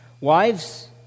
Wives